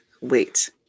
wait